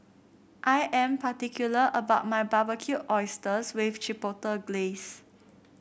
I am particular about my Barbecued Oysters with Chipotle Glaze